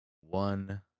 one